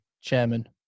chairman